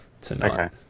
tonight